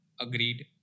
agreed